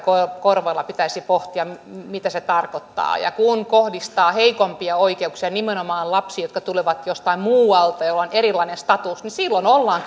korvalla pitäisi pohtia mitä se tarkoittaa ja kun kohdistaa heikompien oikeuksia nimenomaan lapsiin jotka tulevat jostain muualta ja joilla on erilainen status niin silloin ollaan